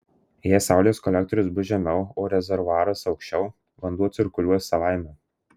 jeigu saulės kolektorius bus žemiau o rezervuaras aukščiau vanduo cirkuliuos savaime